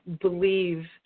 believe